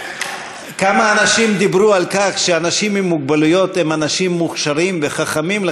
כמה אנשים דיברו על כך שאנשים עם מוגבלות הם אנשים מוכשרים וחכמים,